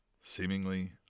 seemingly